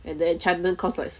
and the enchantment cost like